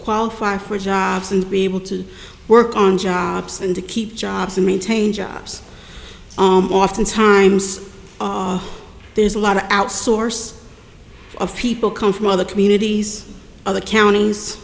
qualify for jobs and be able to work on jobs and to keep jobs and maintain jobs oftentimes there's a lot of out source of people come from other communities other counties